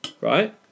right